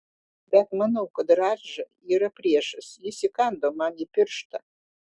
bet manau kad radža yra priešas jis įkando man į pirštą